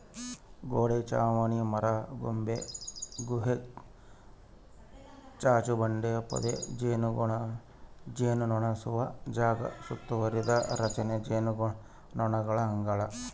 ಗೋಡೆ ಚಾವಣಿ ಮರದಕೊಂಬೆ ಗುಹೆ ಚಾಚುಬಂಡೆ ಪೊದೆ ಜೇನುನೊಣಸುತ್ತುವ ಜಾಗ ಸುತ್ತುವರಿದ ರಚನೆ ಜೇನುನೊಣಗಳ ಅಂಗಳ